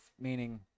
meaning